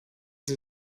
sie